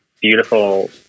beautiful